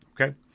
Okay